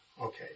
Okay